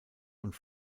und